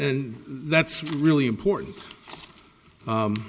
and that's really important